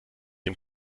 dem